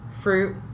Fruit